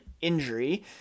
injury